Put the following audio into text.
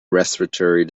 respiratory